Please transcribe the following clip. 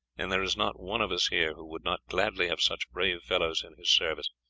and there is not one of us here who would not gladly have such brave fellows in his service.